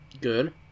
Good